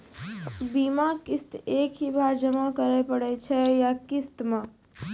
बीमा किस्त एक ही बार जमा करें पड़ै छै या किस्त मे?